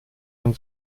man